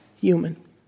human